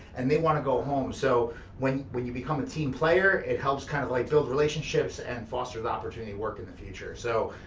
and they wanna go home, so when when you become a team player, it helps kind of like build relationships and foster the opportunity to work in the future. so,